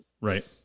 Right